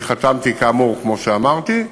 אני חתמתי, כאמור, כמו שאמרתי,